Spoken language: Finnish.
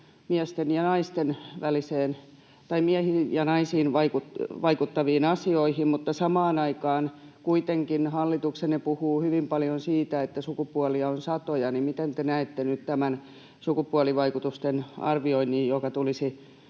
miehiin ja naisiin vaikuttaviin asioihin, mutta samaan aikaan kuitenkin hallituksenne puhuu hyvin paljon siitä, että sukupuolia on satoja. Miten te näette nyt tämän sukupuolivaikutusten arvioinnin, joka tulisi